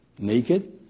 Naked